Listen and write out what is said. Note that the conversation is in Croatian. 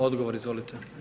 Odgovor, izvolite.